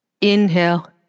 Inhale